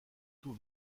tout